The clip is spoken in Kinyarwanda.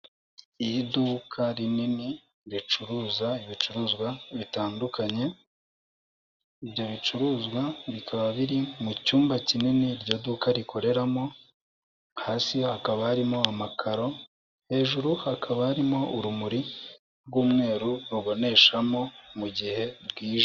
Iduka rinini ricuruza ibicuruzwa bitandukanye, ibyo bicuruzwa bikaba biri mu cyumba kinini iryo duka rikoreramo hasi hakaba harimo amakaro hejuru hakaba harimo urumuri rw'umweru ruboneshamo mu gihe bwije.